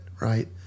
right